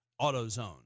AutoZone